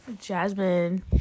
Jasmine